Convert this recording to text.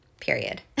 period